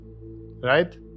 Right